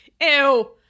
Ew